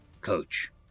Coach